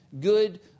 good